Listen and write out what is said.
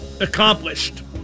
Accomplished